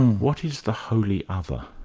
what is the wholly other?